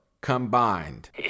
Combined